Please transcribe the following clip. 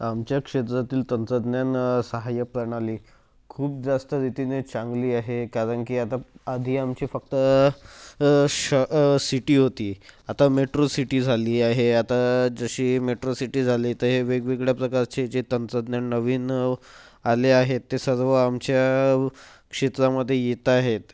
आमच्या क्षेत्रातील तंत्रज्ञान साहाय्य प्रणाली खूप जास्त रीतीने चांगली आहे कारण की आता आधी आमची फक्त श सिटी होती आता मेट्रो सिटी झाली आहे आता जशी मेट्रो सिटी झाली ते वेगवेगळ्या प्रकारचे जे तंत्रज्ञान नवीन आले आहेत ते सर्व आमच्या क्षेत्रामध्ये येत आहेत